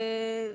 זה,